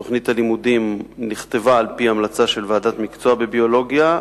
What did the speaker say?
תוכנית הלימודים נכתבה על-פי המלצה של ועדת מקצוע בביולוגיה.